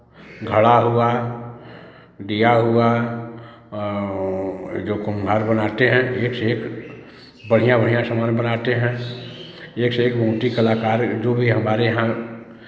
घड़ा हुआ दिया हुआ जो कुम्हार बनाते हैं एक से एक बढ़ियाँ बढ़ियाँ सामान बनाते हैं एक से एक मूर्ति कलाकार जो भी हमारे यहाँ